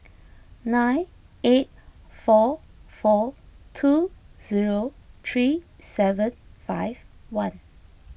nine eight four four two zero three seven five one